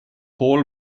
paul